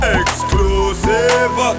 exclusive